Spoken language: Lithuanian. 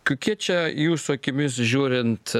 kokie čia jūsų akimis žiūrint